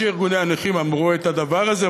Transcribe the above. נכון שארגוני הנכים אמרו את הדבר הזה,